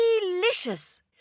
delicious